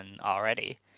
already